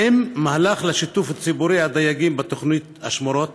האם מהלך לשיתוף ציבור הדייגים בתוכנית השמורות,